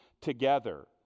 together